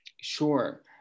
Sure